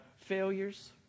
failures